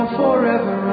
forever